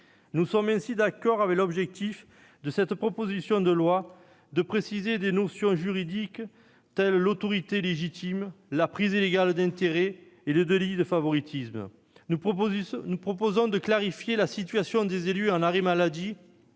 Nous sommes ainsi d'accord avec l'objectif de cette proposition consistant à préciser des notions juridiques telles que l'autorité légitime, la prise illégale d'intérêts et le délit de favoritisme. Nous proposons de clarifier la situation des élus en arrêt maladie